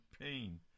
pain